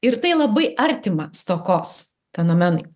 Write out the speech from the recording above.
ir tai labai artima stokos fenomenui